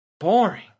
boring